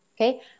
okay